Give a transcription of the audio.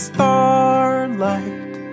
Starlight